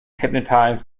hypnotized